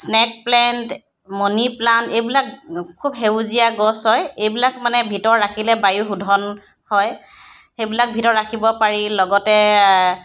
snack plant money plant এইবিলাক খুব সেউজীয়া গছ হয় এইবিলাক মানে ভিতৰত ৰাখিলে বায়ু শোধন হয় সেইবিলাক ভিতৰত ৰাখিব পাৰি লগতে